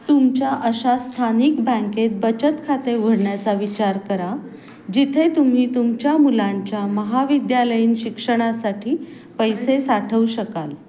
तुमच्या अशा स्थानिक बँकेत बचत खाते उडण्याचा विचार करा जिथे तुम्ही तुमच्या मुलांच्या महाविद्यालयीन शिक्षणासाठी पैसे साठवू शकाल